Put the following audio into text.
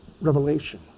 revelation